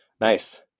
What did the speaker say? Nice